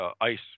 ice